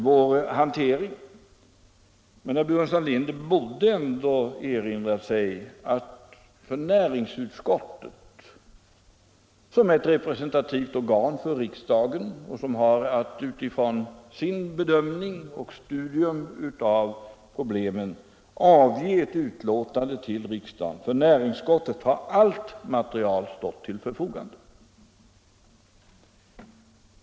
Men herr Burenstam Linder borde ändå erinra sig att för näringsutskottet, som är ett representativt organ i riksdagen och som utifrån sin bedömning och sitt studium av problemen har avgett ett betänkande till riksdagen, har allt material stått till förfogande.